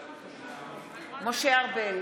בעד משה ארבל,